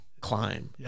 Climb